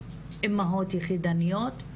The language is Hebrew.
אימהות יחידניות,